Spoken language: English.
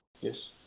Yes